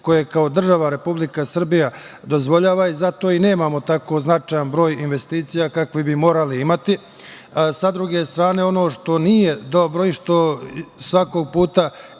koje kao država Republika Srbija dozvoljava i zato i nemamo tako značajan broj investicija kakve bi morali imati. Sa druge strane ono što nije dobro i što svaki put